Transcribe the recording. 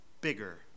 bigger